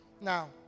Now